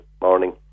morning